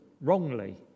wrongly